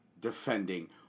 defending